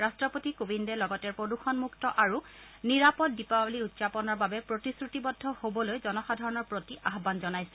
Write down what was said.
ৰাট্টপতি কোবিন্দে লগতে প্ৰদূষণমুক্ত আৰু নিৰাপদ দীপাৱলী উদযাপনৰ বাবে প্ৰতিশ্ৰুতিবদ্ধ হ'বলৈ জনসাধাৰণৰ প্ৰতি আহ্বান জনাইছে